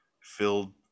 filled